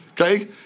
okay